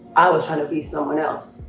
i was trying to be someone else.